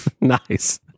Nice